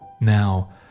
Now